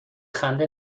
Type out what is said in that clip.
خنده